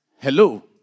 Hello